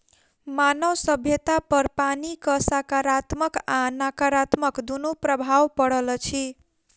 मानव सभ्यतापर पानिक साकारात्मक आ नाकारात्मक दुनू प्रभाव पड़ल अछि